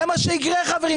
זה מה שיקרה, חברים.